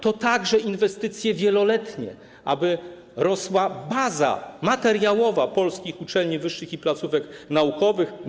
To także inwestycje wieloletnie, aby rosła baza materiałowa polskich uczelni wyższych i placówek naukowych.